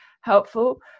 helpful